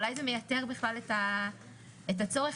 אז באמת סליחה מראש על זה שהתחלנו את הדיון באיחור של חצי שעה והתעכבנו.